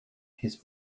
his